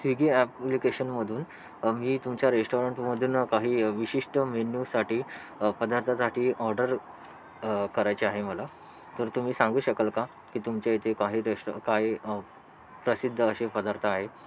Swiggy ॲप्लीकेशनमधून मी तुमच्या रेस्टॉरंटमधून काही विशिष्ट मेनूसाठी पदार्थासाठी ऑर्डर करायची आहे मला तर तुम्ही सांगू शकाल का की तुमच्या इथे काही रेस्टो काही प्रसिद्ध असे पदार्थ आहे